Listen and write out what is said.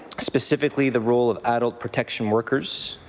specifically the role of adult protection workers.